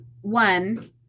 one